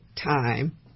time